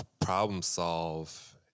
problem-solve